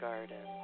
Garden